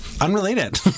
Unrelated